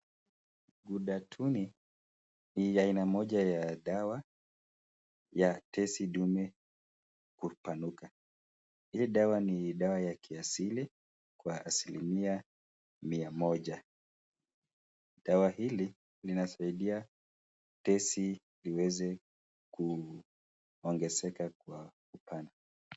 Gudatuni ni aina moja ya dawa ya tezi dume kupanuka, hii dawa ni dawa ya kiasili kwa asilimia mia moja. Dawa hili linasaidia tezi iweze kuongezeka kwa upana.